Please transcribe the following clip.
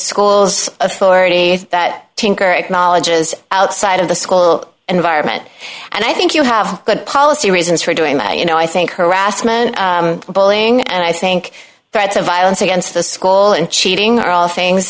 school's authority that tinker acknowledges outside of the school environment and i think you have good policy reasons for doing that you know i think harassment bullying and i think threats of violence against the school and cheating are all things